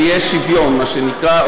שיהיה שוויון מה שנקרא,